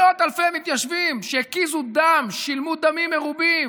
מאות אלפי מתיישבים שהקיזו דם, שילמו דמים מרובים,